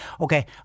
okay